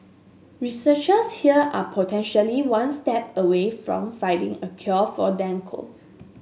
researchers here are potentially one step away from finding a cure for dengue